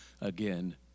again